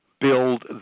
build